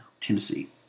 Tennessee